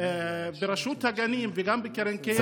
ברשות הגנים וגם בקרן הקיימת,